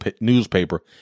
newspaper